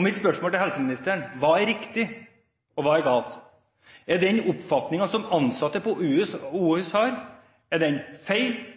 Mitt spørsmål til helseministeren er: Hva er riktig, og hva er galt? Er den oppfatningen som ansatte ved Oslo universitetssykehus har, feil? Er